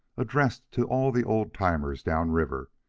addressed to all the old-timers down river,